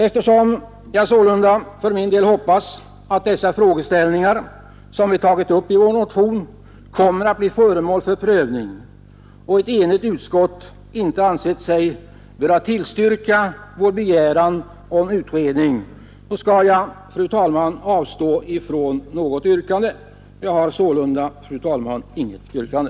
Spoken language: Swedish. Eftersom jag sålunda hoppas att de frågor som vi tagit upp i vår motion kommer att bli föremål för prövning och ett enigt utskott inte ansett sig böra tillstyrka vår begäran om utredning, skall jag avstå från att ställa något yrkande, och jag har sålunda, herr talman, inget yrkande.